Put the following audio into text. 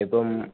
ഇപ്പം